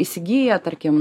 įsigiję tarkim